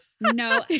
No